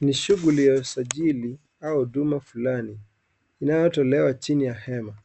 Ni shuguli ya usajili au huduma fulani inayotolewa chini ya hema,